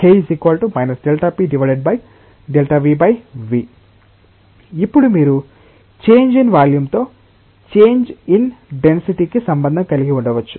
K Δp Δ𝜐 𝜐 ఇప్పుడు మీరు change in volume తో చేంజ్ ఇన్ డెన్సిటీ కి సంబంధం కలిగి ఉండవచ్చు